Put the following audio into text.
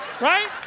Right